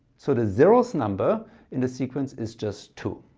so the zeroeth number in the sequence is just two,